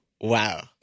wow